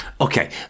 Okay